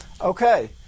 Okay